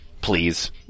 Please